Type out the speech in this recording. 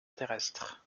terrestre